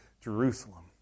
Jerusalem